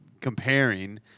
comparing